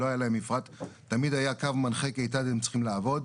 לכל העסקים גם שלא היה להם מפרט תמיד היה קו מנחה כיצד הם צריכים לעבוד.